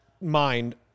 mind